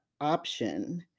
option